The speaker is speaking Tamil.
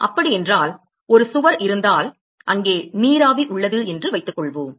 அப்படியென்றால் ஒரு சுவர் இருந்தால் அங்கே நீராவி உள்ளது என்று வைத்துக்கொள்வோம்